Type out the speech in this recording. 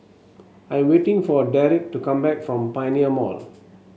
I am waiting for Derrick to come back from Pioneer Mall